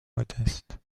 modeste